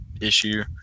issue